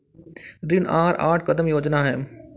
ऋण आहार आठ कदम योजना है